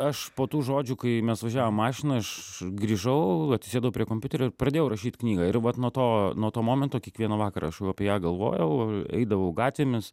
aš po tų žodžių kai mes važiavom mašina aš grįžau atsisėdau prie kompiuterio ir pradėjau rašyt knygą ir vat nuo to nuo to momento kiekvieną vakarą aš jau apie ją galvojau eidavau gatvėmis